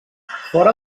fora